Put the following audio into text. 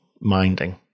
minding